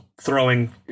throwing